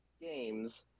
games